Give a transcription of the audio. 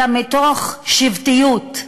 אלא מתוך שבטיות,